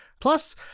Plus